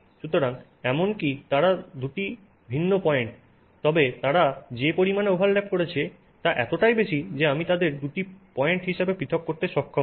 সুতরাং এমনকি এখনও তারা দুটি পয়েন্ট তবে তারা যে পরিমাণে ওভারল্যাপ করছে তা এতটাই বেশি যে আমি তাদের দুটি পয়েন্ট হিসাবে পৃথক করতে সক্ষম নই